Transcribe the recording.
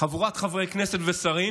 חבורת חברי כנסת ושרים.